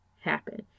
happen